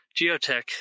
geotech